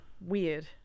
weird